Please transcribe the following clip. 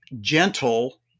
gentle